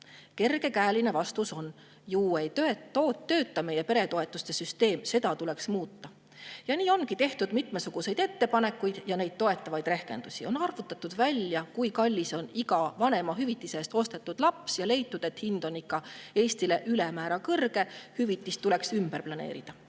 Kergekäeline vastus on – ju ei tööta meie peretoetuste süsteem, seda tuleks muuta. Ja nii ongi tehtud mitmesuguseid ettepanekuid ja neid toetavaid rehkendusi. On arvutatud välja, kui kallis on iga vanemahüvitise eest "ostetud" laps[,] ja leitud, et hind on ikka ülemäära kõrge, hüvitis tuleks ümber planeerida.